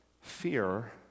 fear